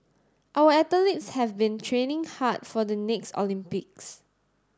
our athletes have been training hard for the next Olympics